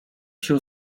się